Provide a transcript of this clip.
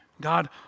God